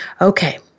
Okay